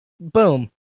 Boom